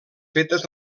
fetes